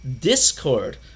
discord